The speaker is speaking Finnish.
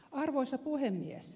arvoisa puhemies